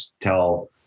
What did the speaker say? tell